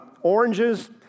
Oranges